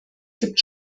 gibt